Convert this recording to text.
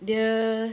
dia